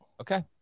Okay